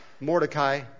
Mordecai